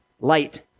Light